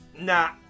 Nah